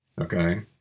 Okay